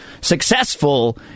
successful